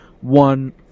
One